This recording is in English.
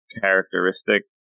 characteristic